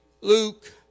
Luke